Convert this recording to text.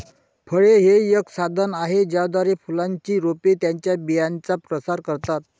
फळे हे एक साधन आहे ज्याद्वारे फुलांची रोपे त्यांच्या बियांचा प्रसार करतात